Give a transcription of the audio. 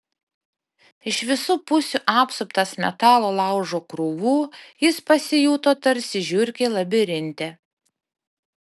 iš visų pusių apsuptas metalo laužo krūvų jis pasijuto tarsi žiurkė labirinte